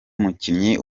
mukinnyi